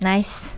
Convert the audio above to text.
Nice